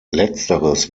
letzteres